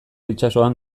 itsasoan